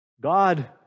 God